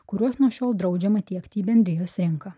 kuriuos nuo šiol draudžiama tiekti į bendrijos rinką